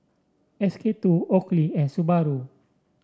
S K two Oakley and Subaru